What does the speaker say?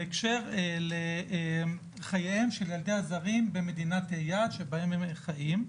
בהקשר של חייהם של ילדי הזרים במדינת היעד שבהם הם חיים.